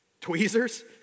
Tweezers